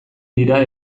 dira